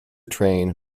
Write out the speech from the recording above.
train